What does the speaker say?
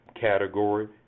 category